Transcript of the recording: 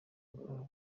bwabo